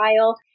file